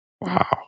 Wow